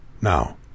now